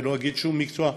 ואני לא אגיד שום מקצוע,